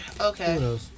Okay